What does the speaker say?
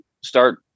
start